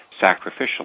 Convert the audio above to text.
sacrificial